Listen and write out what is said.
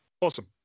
Awesome